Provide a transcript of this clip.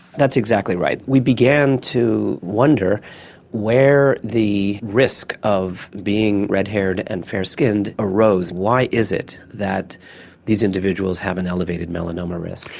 that's exactly right. we began to wonder where the risk of being red haired and fair skinned arose, why is it that these individuals have an elevated melanoma risk?